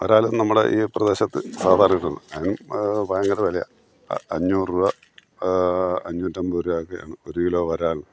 വരാലൊന്നും നമ്മുടെ ഈ പ്രദേശത്ത് സാധാരണ കിട്ടില്ല അതിന് അത് ഭയങ്കര വിലയാണ് അഞ്ഞൂറ് രൂപ അഞ്ഞൂറ്റി അമ്പത് രൂപയൊക്കെയാണ് ഒരു കിലോ വരാലിന്